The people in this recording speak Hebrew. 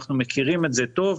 אנחנו מכירים את זה היטב.